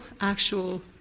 actual